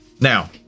Now